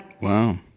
Wow